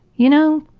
you know,